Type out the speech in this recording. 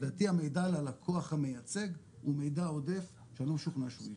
לדעתי המידע ללקוח המייצג הוא מידע עודף שאני לא משוכנע שהוא נכון.